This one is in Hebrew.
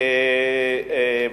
וכו'.